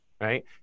Right